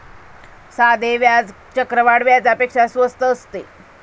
साधे व्याज चक्रवाढ व्याजापेक्षा स्वस्त असते